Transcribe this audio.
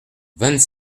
vingt